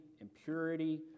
impurity